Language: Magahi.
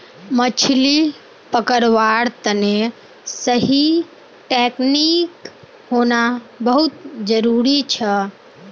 मछली पकड़वार तने सही टेक्नीक होना बहुत जरूरी छ